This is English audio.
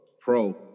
pro